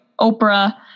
Oprah